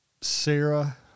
Sarah